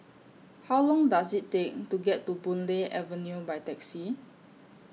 How Long Does IT Take to get to Boon Lay Avenue By Taxi